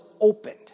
opened